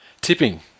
Tipping